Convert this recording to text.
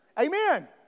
amen